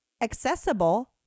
accessible